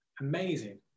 amazing